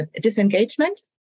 disengagement